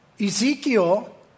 Ezekiel